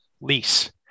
lease